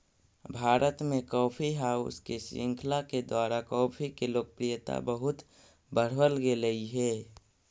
भारत में coffee house के श्रृंखला के द्वारा कॉफी के लोकप्रियता बहुत बढ़बल गेलई हे